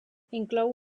inclou